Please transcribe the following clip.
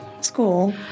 school